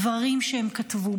דברים שהם כתבו.